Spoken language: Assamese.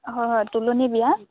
হয় হয় তুলনি বিয়া